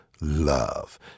love